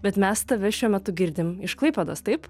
bet mes tave šiuo metu girdim iš klaipėdos taip